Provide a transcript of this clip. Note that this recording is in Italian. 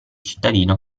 cittadino